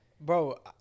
bro